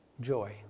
joy